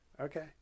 Okay